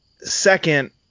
second